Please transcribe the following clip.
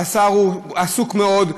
השר עסוק מאוד,